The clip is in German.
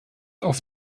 auf